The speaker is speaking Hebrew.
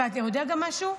ואתה יודע גם משהו?